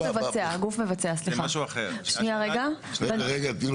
הגוף המבצע יכול להיות שניה גוף פרטי.